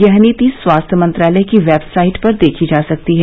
यह नीति स्वास्थ्य मंत्रालय की वेबसाइट पर देखी जा सकती है